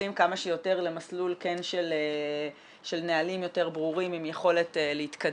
ונכנסים כמה שיותר למסלול של נהלים יותר ברורים עם יכולת להתקדם.